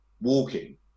walking